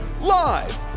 live